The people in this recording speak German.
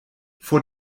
vor